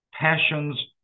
passions